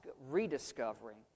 rediscovering